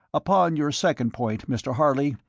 upon your second point, mr. harley,